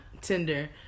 Tinder